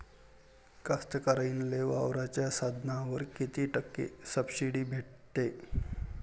कास्तकाराइले वावराच्या साधनावर कीती टक्के सब्सिडी भेटते?